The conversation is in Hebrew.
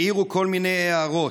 העירו כל מיני הערות.